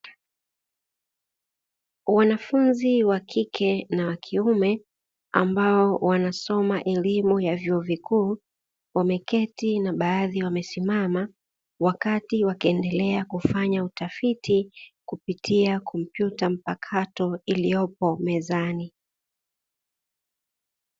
Wanafunzi wa kike na wa kiume ambao wanasoma elimu ya vyuo vikuu wameketi na baadhi wamesimama, wakati wakiendelea kufanya utafiti kupitia kompyuta mpakato iliyopo mezani.